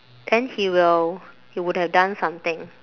then he will he would have done something